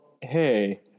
hey